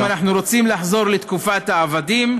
האם אנחנו רוצים לחזור לתקופת העבדים?